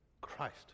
Christ